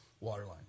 waterline